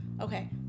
okay